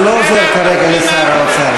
זה לא עוזר כרגע לשר האוצר.